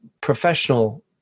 professional